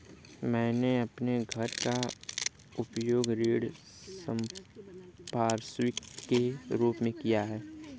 मैंने अपने घर का उपयोग ऋण संपार्श्विक के रूप में किया है